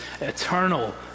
eternal